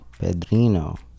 Pedrino